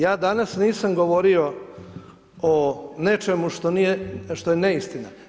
Ja danas nisam govorio o nečemu što je neistina.